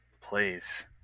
please